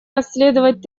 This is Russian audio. расследовать